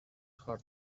heart